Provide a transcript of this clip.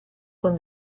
con